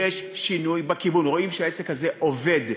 יש שינוי בכיוון, רואים שהעסק הזה עובד.